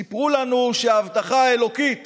סיפרו לנו שההבטחה האלוקית